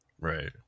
Right